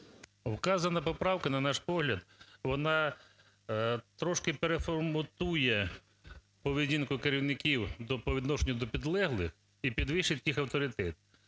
Вказана поправка, на наш погляд, вона трошки переформатує поведінку керівників по відношенню до підлеглих і підвищить їх авторитет.